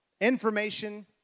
Information